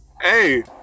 Hey